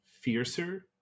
fiercer